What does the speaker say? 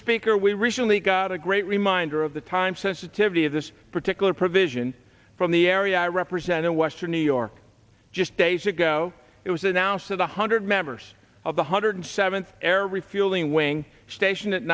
speaker we recently got a great reminder of the time sensitivity of this particular provision from the area i represent in western new york just days ago it was announced that one hundred members of the hundred seventh air refueling wing station at